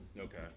okay